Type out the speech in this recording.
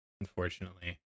Unfortunately